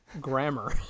grammar